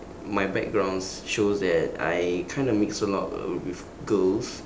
my backgrounds shows that I kind of mix a lot uh with girls